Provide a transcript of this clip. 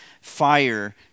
fire